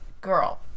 girl